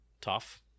Tough